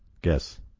guess